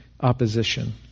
opposition